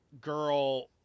girl